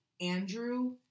Andrew